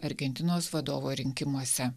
argentinos vadovo rinkimuose